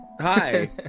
Hi